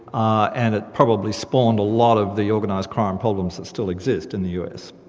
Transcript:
ah and it probably spawned a lot of the organised crime problems that still exist in the us.